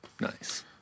Nice